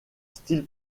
style